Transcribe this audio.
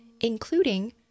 including